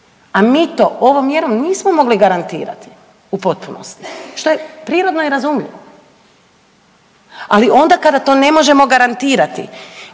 a mi to ovom mjerom nismo mogli garantirati u potpunosti što je prirodno i razumljivo. Ali onda kada to ne možemo garantirati